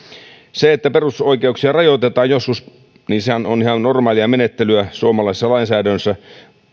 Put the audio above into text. se että perusoikeuksia rajoitetaan joskus on ihan normaalia menettelyä suomalaisessa lainsäädännössä